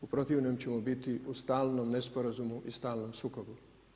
U protivnom ćemo biti u stalnom nesporazumu i stalnom sukobu.